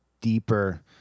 deeper